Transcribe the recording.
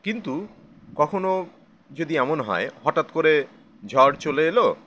কিন্তু কখনো যদি এমন হয় হঠাৎ করে ঝড় চলে এলো